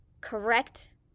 correct